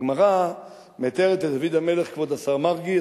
הגמרא מתארת את דוד המלך כבוד השר מרגי,